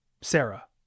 Sarah